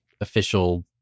official